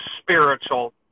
spiritual